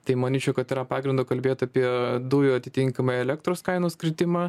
tai manyčiau kad yra pagrindo kalbėt apie dujų atitinkamai elektros kainos kritimą